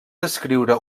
descriure